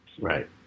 Right